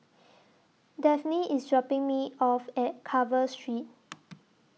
Dafne IS dropping Me off At Carver Street